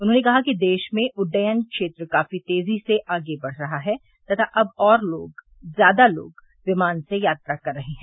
उन्होंने कहा कि देश में उड्डयन क्षेत्र काफ़ी तेज़ी से आगे बढ़ रहा है तथा अब और ज़्यादा लोग विमान से यात्रा कर रहे हैं